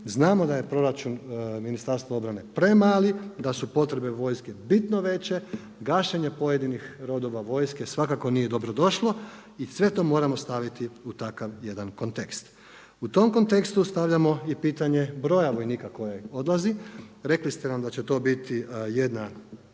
znamo da je proračun Ministarstva obrane premali, da su potrebe vojske bitno veće, gašenje pojedinih rodova vojske svakako nije dobrodošlo, i sve to moramo staviti u takav jedan kontekst. U tom kontekstu stavljamo i pitanje broja vojnika koji odlazi, rekli ste nam da će to biti jedna